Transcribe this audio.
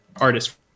artist